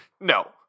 No